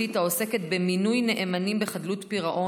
העוסקת במינוי נאמנים בחדלות פירעון,